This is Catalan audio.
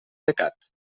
pecat